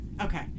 Okay